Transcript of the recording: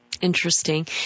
Interesting